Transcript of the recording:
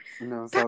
No